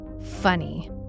Funny